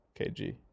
KG